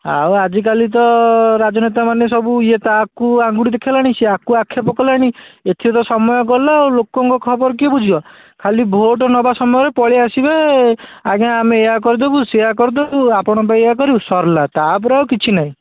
ଆଉ ଆଜିକାଲି ତ ରାଜନେତାମାନେ ସବୁ ଇଏ ତାକୁ ଆଙ୍ଗୁଠି ଦେଖାଇଲାଣି ସେ ଆକୁ ଆକ୍ଷେପ କଲାଣି ଏଥିରେ ସମୟ ଗଲା ଆଉ ଲୋକଙ୍କ ଖବର କିଏ ବୁଝିବ ଖାଲି ଭୋଟ୍ ନେବା ସମୟରେ ପଳେଇଆସିବେ ଆଜ୍ଞା ଆମେ ଏଇୟା କରିଦେବୁ ସେଇୟା କରିଦେବୁ ଆପଣଙ୍କ ପାଇଁ ଏଇୟା କରିବୁ ସରିଲା ତା'ପରେ ଆଉ କିଛି ନାହିଁ